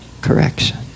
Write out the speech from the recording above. correction